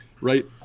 right